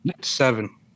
Seven